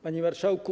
Panie Marszałku!